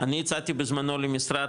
אני הצעתי בזמנו למשרד,